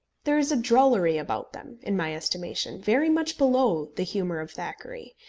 there is a drollery about them, in my estimation, very much below the humour of thackeray,